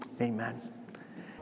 amen